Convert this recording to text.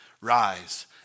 rise